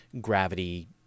gravity